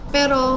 Pero